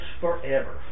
forever